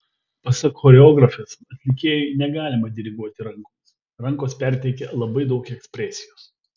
pasak choreografės atlikėjui negalima diriguoti rankomis rankos perteikia labai daug ekspresijos